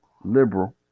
Liberal